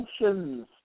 emotions